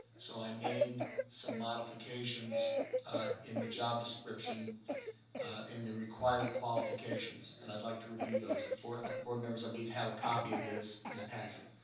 so i made some modifications in the job description in the required qualifications and i'd like to review those. and board ah board members, i believe, have a copy of this in the packet.